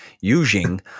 using